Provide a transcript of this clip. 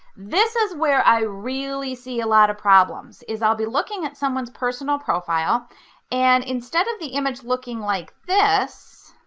this is where i really see a lot of problems. i'll be looking at someone's personal profile and instead of the image looking like this,